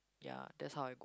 ya that's how I